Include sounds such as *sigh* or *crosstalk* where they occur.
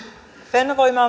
fennovoima *unintelligible*